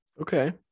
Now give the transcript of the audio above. Okay